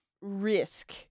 risk